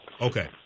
Okay